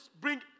bring